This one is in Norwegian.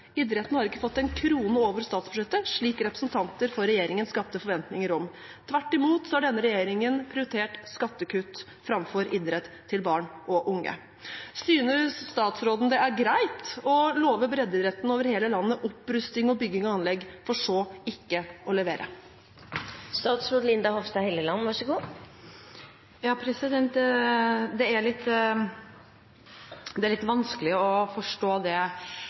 Idretten har ikke fått en krone over statsbudsjettet, slik representanter for regjeringen skapte forventninger om. Tvert imot har denne regjeringen prioritert skattekutt framfor idrett til barn og unge. Synes statsråden det er greit å love breddeidretten over hele landet opprusting og bygging av anlegg, for så ikke å levere? Det er litt vanskelig å forstå det spørsmålet, for er det noen som nå virkelig har fått økninger, er det